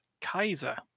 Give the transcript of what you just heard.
Kaiser